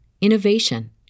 innovation